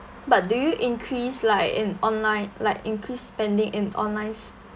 but do you increase like in online like increase spending in onlines